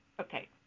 Okay